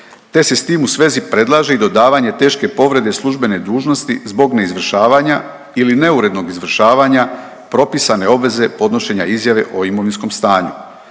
te se s tim u svezi predlaže i dodavanje teške povrede službene dužnosti zbog neizvršavanja ili neurednog izvršavanja propisane obveze podnošenja izjave o imovinskom stanju.